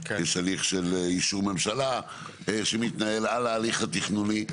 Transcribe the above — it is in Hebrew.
יש הליך של אישור ממשלה שמתנהל על ההליך התכנוני.